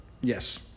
Yes